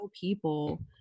people